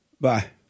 Bye